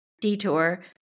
detour